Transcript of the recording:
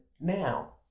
now